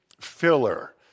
filler